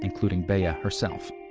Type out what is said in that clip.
including bella herself.